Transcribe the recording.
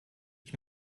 ich